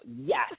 Yes